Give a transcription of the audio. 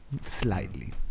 slightly